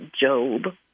Job